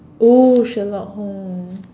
oh Sherlock Holmes